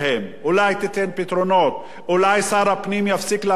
אולי שר הפנים יפסיק להבטיח הבטחות ואולי ראש הממשלה